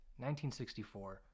1964